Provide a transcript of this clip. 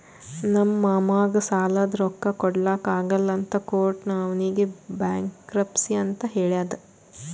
ನಮ್ ಮಾಮಾಗ್ ಸಾಲಾದ್ ರೊಕ್ಕಾ ಕೊಡ್ಲಾಕ್ ಆಗಲ್ಲ ಅಂತ ಕೋರ್ಟ್ ಅವ್ನಿಗ್ ಬ್ಯಾಂಕ್ರಪ್ಸಿ ಅಂತ್ ಹೇಳ್ಯಾದ್